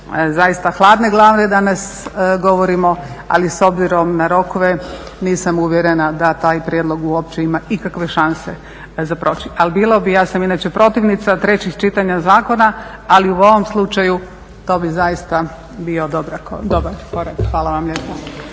zaista hladne glave danas govorimo ali s obzirom na rokove nisam uvjerena da taj prijedlog uopće ima ikakve šanse za proći. Ali bilo bi, ja sam inače protivnica trećih čitanja zakona, ali u ovom slučaju to bi zaista bio dobar korak. Hvala vam lijepo.